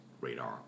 radar